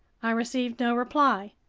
i received no reply.